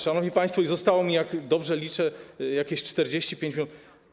Szanowni państwo, zostało mi, jeśli dobrze liczę, jakieś 45 minut.